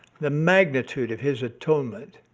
the magnitude of his atonement,